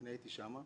אני הייתי שם.